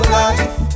life